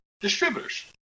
distributors